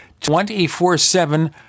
24-7